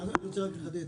אני רוצה רק לחדד,